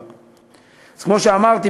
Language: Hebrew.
אז כמו שאמרתי,